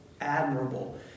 admirable